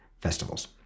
festivals